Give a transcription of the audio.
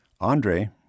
Andre